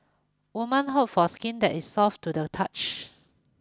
women hope for skin that is soft to the touch